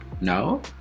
no